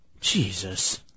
Jesus